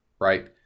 right